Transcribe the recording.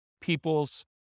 people's